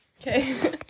Okay